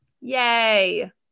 Yay